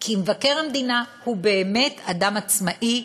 כי מבקר המדינה הוא באמת אדם עצמאי,